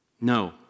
No